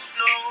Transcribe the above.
no